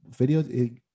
videos